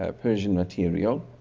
ah persian material.